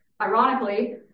ironically